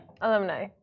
Alumni